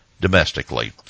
domestically